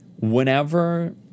whenever